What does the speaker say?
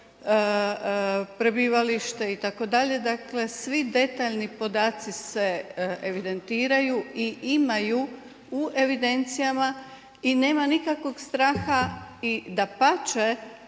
prebivalište itd., dakle svi detaljni podaci se evidentiraju i imaju u evidencijama i nema nikakvog straha i dapače